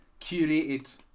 curated